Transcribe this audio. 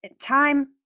time